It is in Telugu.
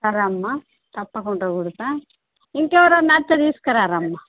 రా అమ్మ తప్పకుండా కుడతాను ఇంకా ఎవరన్న వస్తే తీసుకురా అమ్మ